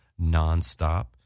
nonstop